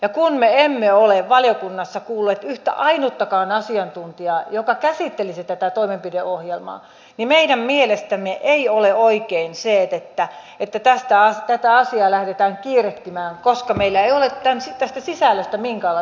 ja kun me emme ole valiokunnassa kuulleet yhtä ainuttakaan asiantuntijaa joka käsittelisi tätä toimenpideohjelmaa niin meidän mielestämme ei ole oikein se että tätä asiaa lähdetään kiirehtimään koska meillä ei ole tästä sisällöstä minkäänlaista tietoa